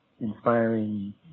inspiring